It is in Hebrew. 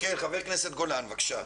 חבר הכנסת גולן, בבקשה.